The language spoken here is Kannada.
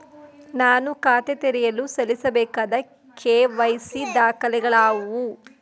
ನಾನು ಖಾತೆ ತೆರೆಯಲು ಸಲ್ಲಿಸಬೇಕಾದ ಕೆ.ವೈ.ಸಿ ದಾಖಲೆಗಳಾವವು?